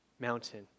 mountain